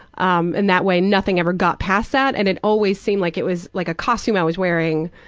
um and that way nothing ever got past that and it always seemed like it was like a costume i was wearing,